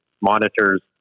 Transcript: monitors